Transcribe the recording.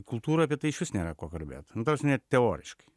kultūroj apie tai išvis nėra ko kalbėt nu ta prasme teoriškai